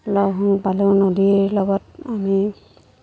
লগ সংগ পালেও নদীৰ লগত আমি